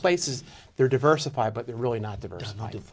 places they're diversified but they're really not diversified